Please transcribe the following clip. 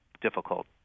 difficult